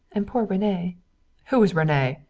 and poor rene who was rene?